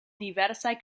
diversaj